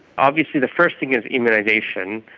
obviously the first thing is immunisation.